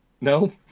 no